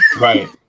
Right